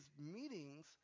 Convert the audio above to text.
meetings